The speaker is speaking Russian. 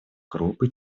группы